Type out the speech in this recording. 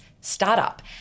startup